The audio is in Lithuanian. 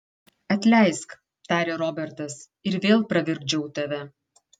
atleisk tarė robertas ir vėl pravirkdžiau tave